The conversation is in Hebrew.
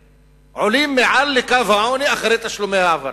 עולים מעל קו העוני אחרי תשלומי ההעברה.